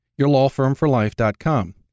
yourlawfirmforlife.com